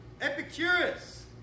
Epicurus